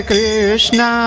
Krishna